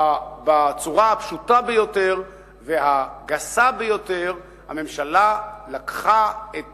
בצורה הפשוטה ביותר והגסה ביותר: הממשלה לקחה את